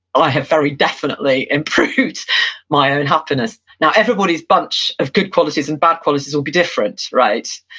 ah i have very definitely improved my own happiness. now everybody's bunch of good qualities and bad qualities will be different, right?